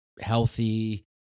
healthy